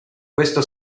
questo